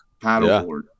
paddleboard